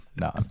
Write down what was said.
no